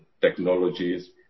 technologies